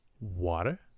Water